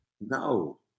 no